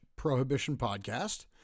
ProhibitionPodcast